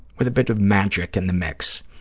with a bit of magic in the mix.